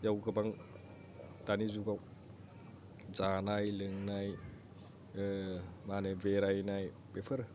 याव गोबां दानि जुगाव जानाय लोंनाय मा होनो बेरायनाय बेफोर